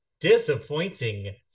disappointing